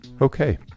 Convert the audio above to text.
Okay